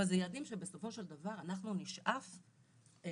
אבל אלה יעדים שבסופו של דבר אנחנו נשאף להגדיל.